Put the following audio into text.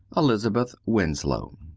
elizabeth winslow